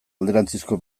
alderantzizko